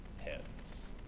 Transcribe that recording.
heads